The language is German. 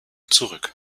zurück